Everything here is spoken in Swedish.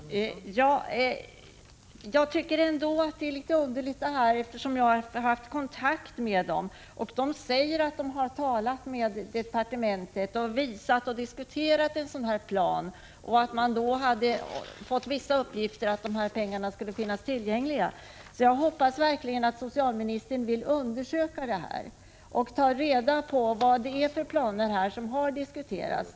Fru talman! Jag tycker att detta är något underligt. Jag har haft kontakt med hushållningssällskapet i Helsingforss län, där man säger att man har talat med företrädare för departementet. Man har då visat en plan som man diskuterat med dessa. Man har därvid fått vissa uppgifter om att dessa pengar skulle finnas tillgängliga. Jag hoppas verkligen att socialministern vill undersöka saken och ta reda på vilka planer som har diskuterats.